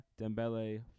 Dembele